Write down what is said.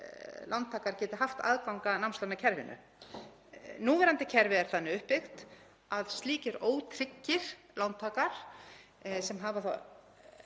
lántakar geti haft aðgang að námslánakerfinu. Núverandi kerfi er þannig uppbyggt að slíkir ótryggir lántakar, sem hafa af